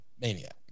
maniac